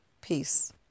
Peace